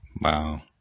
Wow